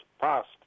passed